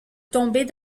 tomber